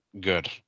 good